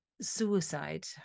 suicide